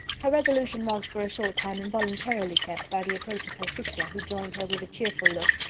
her resolution was for a short time involuntarily kept by the approach of her sister, who joined her with a cheerful look,